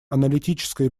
аналитическая